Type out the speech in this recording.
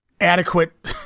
adequate